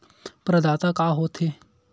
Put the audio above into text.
प्रदाता का हो थे?